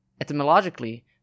Etymologically